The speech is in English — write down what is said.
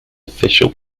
official